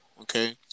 okay